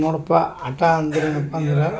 ನೋಡಪ್ಪ ಆಟ ಅಂದರೆ ಏನಪ್ಪ ಅಂದ್ರೆ